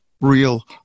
real